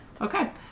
Okay